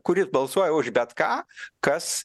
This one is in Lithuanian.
kuris balsuoja už bet ką kas